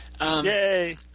Yay